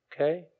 okay